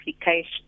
application